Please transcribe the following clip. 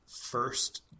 first